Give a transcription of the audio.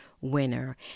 winner